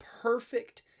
Perfect